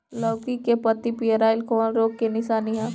लौकी के पत्ति पियराईल कौन रोग के निशानि ह?